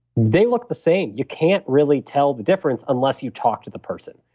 they look the same. you can't really tell the difference unless you talk to the person.